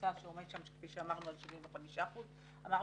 הממוצע שם עומד על 75%. אמרנו,